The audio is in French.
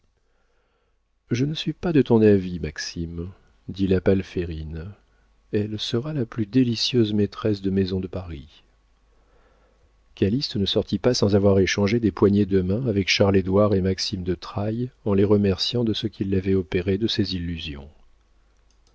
je ne suis pas de ton avis maxime dit la palférine elle sera la plus délicieuse maîtresse de maison de paris calyste ne sortit pas sans avoir échangé des poignées de main avec charles édouard et maxime de trailles en les remerciant de ce qu'ils l'avaient opéré de ses illusions